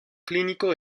clínico